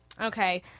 Okay